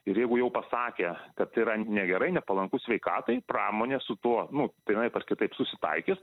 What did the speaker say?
ir jeigu jau pasakė kad yra negerai nepalanku sveikatai pramonė su tuo nu vienaip ar kitaip susitaikys